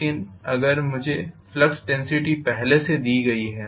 लेकिन अगर मुझे फ्लक्स डेन्सिटी पहले से दी गई है